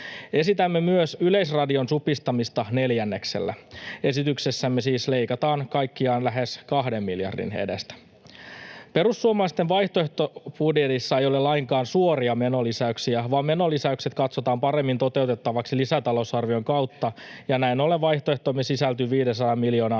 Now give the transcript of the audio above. Esitämme myös Yleisradion supistamista neljänneksellä. Esityksessämme siis leikataan kaikkiaan lähes kahden miljardin edestä. Perussuomalaisten vaihtoehtobudjetissa ei ole lainkaan suoria menolisäyksiä, vaan menolisäykset katsotaan paremmin toteutettavaksi lisätalousarvion kautta, ja näin ollen vaihtoehtoomme sisältyy 500 miljoonan